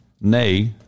nay